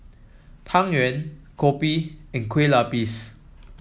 Tang Yuen kopi and Kueh Lapis